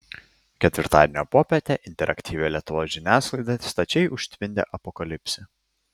ketvirtadienio popietę interaktyvią lietuvos žiniasklaidą stačiai užtvindė apokalipsė